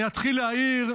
אני אתחיל ואעיר,